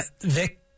Vic